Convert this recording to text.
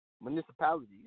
Municipalities